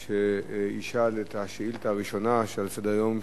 שישאל את השאילתא הראשונה שעל סדר-היום,